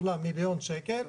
עולה 1,000,000 שקלים.